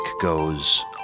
goes